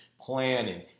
planning